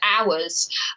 hours